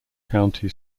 county